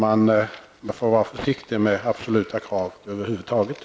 Man får vara försiktig med absoluta krav över huvud taget.